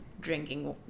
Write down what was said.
drinking